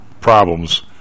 problems